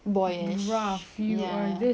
boyish ya